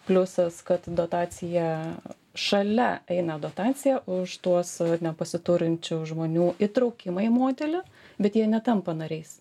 pliusas kad dotacija šalia eina dotacija už tuos nepasiturinčių žmonių įtraukimą į modelį bet jie netampa nariais